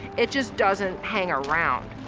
it just doesn't hang around.